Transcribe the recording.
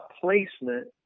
placement